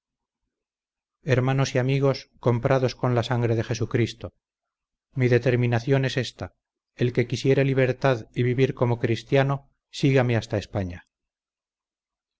hermanos y amigos comprados con la sangre de jesucristo mi determinación es esta el que quisiere libertad y vivir como cristiano sígame hasta españa